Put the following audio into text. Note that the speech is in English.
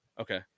Okay